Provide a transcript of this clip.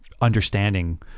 understanding